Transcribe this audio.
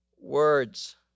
words